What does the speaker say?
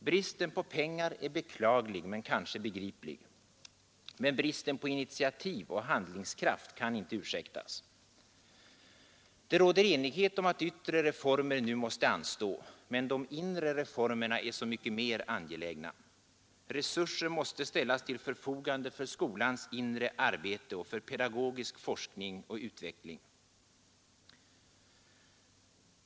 Bristen på pengar är beklaglig men kanske begriplig. Men bristen på initiativ och handlingskraft kan inte ursäktas. Det råder enighet om att yttre reformer nu måste anstå. Men de inre reformerna är så mycket mer angelägna. Resurser måste ställas till förfogande för skolans inre arbete och för pedagogisk forskning och utveckling.